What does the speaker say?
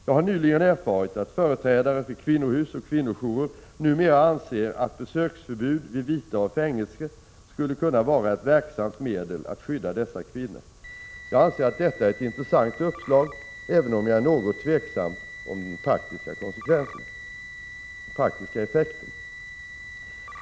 Jag har nyligen erfarit att företrädare för kvinnohus och kvinnojourer numera anser att besöksförbud vid vite av fängelse skulle kunna vara ett verksamt medel att skydda dessa kvinnor. Jag anser att detta är ett intressant uppslag även om jag är något tveksam om den praktiska effekten.